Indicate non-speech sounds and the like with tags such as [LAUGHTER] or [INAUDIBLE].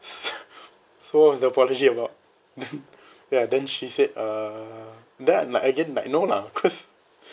[LAUGHS] so what was the apology about then ya then she said uh then like again like no lah cause